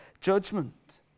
judgment